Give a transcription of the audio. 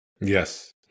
Yes